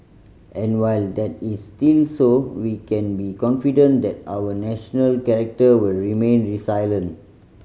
and while that is still so we can be confident that our national character will remain resilient